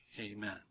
Amen